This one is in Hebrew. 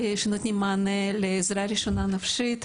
שנותנים מענה לעזרה ראשונה נפשית.